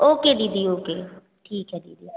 okay दीदी okay ठीक है दीदी